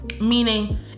meaning